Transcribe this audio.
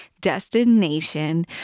destination